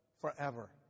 forever